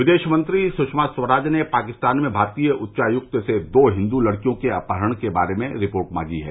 विदेशमंत्री सुषमा स्वराज ने पाकिस्तान में भारतीय उच्चायुक्त से दो हिन्दू लड़कियों के अपहरण के बारे में रिपोर्ट मांगी है